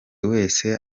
wese